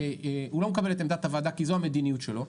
ואם הוא לא מקבל את עמדת הוועדה כי זו המדיניות שלו,